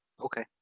Okay